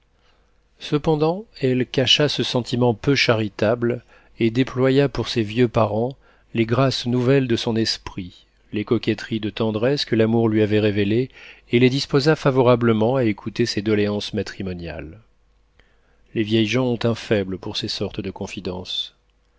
cependant elle cacha ce sentiment peu charitable et déploya pour ses vieux parents les grâces nouvelles de son esprit les coquetteries de tendresse que l'amour lui avait révélées et les disposa favorablement à écouter ses doléances matrimoniales les vieilles gens ont un faible pour ces sortes de confidences